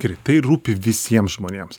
ir tai ir rūpi visiems žmonėms